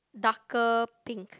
darker pink